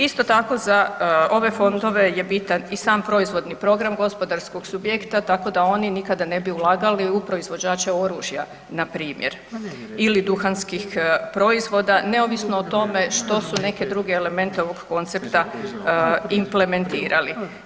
Isto tako za ove fondove je bitan i sam proizvodni program gospodarskog subjekta tako da oni nikad ne bi ulagali u proizvođače oružja, npr. ili duhanskih proizvoda, neovisno o tome što su neke druge elemente ovog koncepta implementirali.